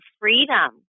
freedom